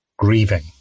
grieving